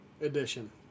edition